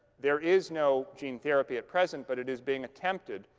there is no gene therapy at present. but it is being attempted.